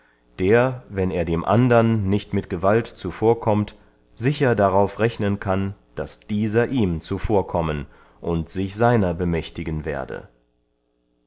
der wenn er dem andern nicht mit gewalt zuvorkommt sicher darauf rechnen kann daß dieser ihm zuvorkommen und sich seiner bemächtigen werde